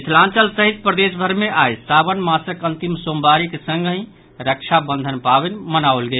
मिथिलांचल सहित प्रदेशभरि मे आइ सावन मासक अंतिम सोमवारीक संगहि रक्षाबंधन पावनि मनाओल गेल